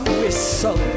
whistle